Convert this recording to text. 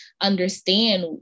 understand